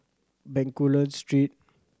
Bencoolen Street